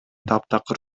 таптакыр